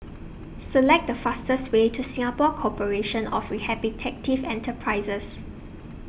Select The fastest Way to Singapore Corporation of Rehabilitative Enterprises